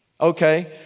Okay